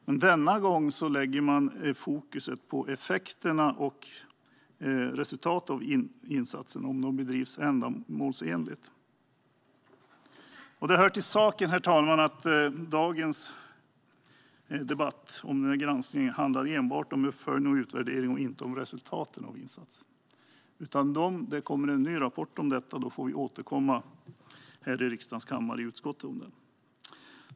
Men denna gång sätter man fokus på effekterna och resultatet av insatserna och om de bedrivs ändamålsenligt. Herr talman! Det hör till saken att dagens debatt om granskningen enbart handlar om uppföljning och utvärdering och inte om resultaten av insatserna. Det kommer en ny rapport om detta, och då får vi återkomma här i riksdagens kammare och i utskottet om det.